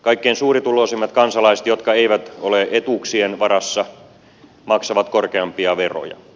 kaikkein suurituloisimmat kansalaiset jotka eivät ole etuuksien varassa maksavat korkeampia veroja